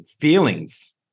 feelings